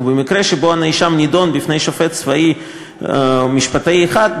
ובמקרה שבו הנאשם נידון בפני שופט צבאי משפטאי אחד,